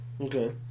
Okay